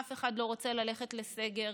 אף אחד לא רוצה ללכת לסגר,